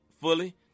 fully